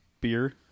beer